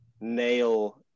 nail